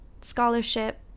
scholarship